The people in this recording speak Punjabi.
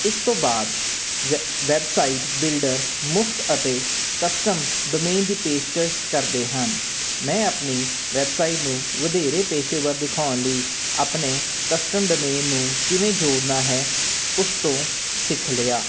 ਇਸ ਤੋਂ ਬਾਅਦ ਵੈ ਵੈਬਸਾਈਟ ਬਿਲਡਰ ਮੁਫਤ ਅਤੇ ਕਸਟਮ ਡੋਮੇਨ ਦੀ ਪੇਸ਼ਕਸ਼ ਕਰਦੇ ਹਨ ਮੈਂ ਆਪਣੀ ਵੈਬਸਾਈਟ ਨੂੰ ਵਧੇਰੇ ਪੇਸ਼ੇਵਰ ਦਿਖਾਉਣ ਲਈ ਆਪਣੇ ਕਸਟਮ ਡੋਮੇਨ ਨੂੰ ਕਿਵੇਂ ਜੋੜਨਾ ਹੈ ਉਸ ਤੋਂ ਸਿੱਖ ਲਿਆ